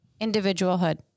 individualhood